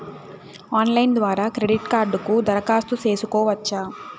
Online ద్వారా credit కార్డుకు దరఖాస్తు సేసుకోవచ్చా?